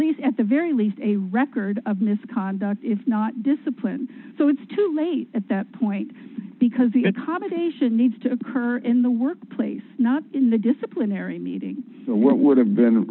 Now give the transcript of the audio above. lease at the very least a record of misconduct if not discipline so it's too late at that point because the accommodation needs to occur in the workplace not in the disciplinary meeting or what would have been